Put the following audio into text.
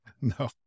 No